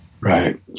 Right